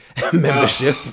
membership